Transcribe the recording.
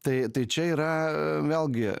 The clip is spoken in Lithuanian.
tai tai čia yra vėlgi